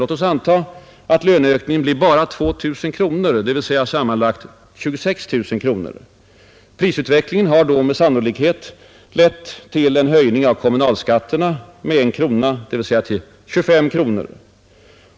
Låt oss anta att löneökningen blir bara 2 000 kronor, dvs. sammanlagt 26 000 kronor. Prisutvecklingen har då med sannolikhet lett till en höjning av kommunalskatterna med 1 krona, dvs. till 25 kronor.